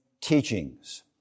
teachings